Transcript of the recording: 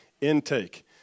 Intake